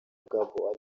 gabon